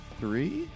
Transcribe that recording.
three